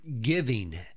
giving